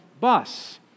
bus